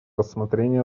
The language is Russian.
рассмотрение